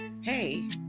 hey